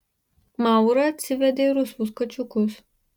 maura atsivedė rusvus kačiukus